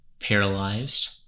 Paralyzed